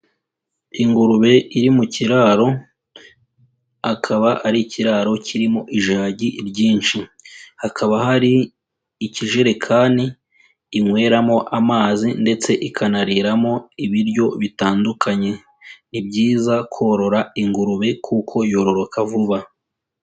Ingurube iri mu kiraro, akaba ari ikiraro kirimo ijagi ryinshi, hakaba hari ikijerekani inyweramo amazi ndetse ikanariramo ibiryo bitandukanye. Ni byiza korora ingurube kuko yororoka vuba.